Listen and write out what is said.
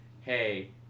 hey